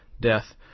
Death